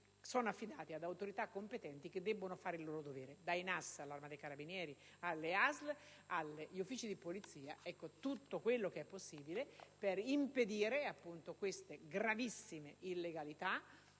fatto affidati ad autorità competenti che devono fare il loro dovere, dai NAS all'Arma dei carabinieri in generale, dalle ASL agli uffici di Polizia. Occorre fare tutto quello che è possibile per impedire queste gravissime illegalità